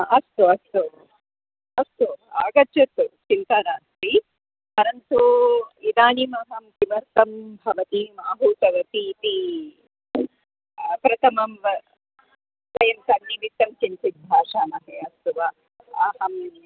अस्तु अस्तु अस्तु आगच्छतु चिन्ता नास्ति परन्तु इदानीमहं किमर्थं भवतीम् आहूतवती इति प्रथमं वयं तन्निमित्तं किञ्चित् भाषामहे अस्तु वा अहम्